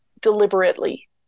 deliberately